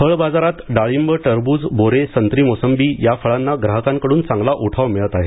फळ बाजारात डाळिंब टरबूज बोरेसंत्री मोसंबी या फळांना ग्राहकांकडून चांगला उठाव मिळत आहे